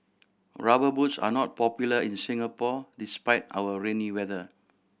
Rubber Boots are not popular in Singapore despite our rainy weather